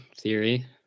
theory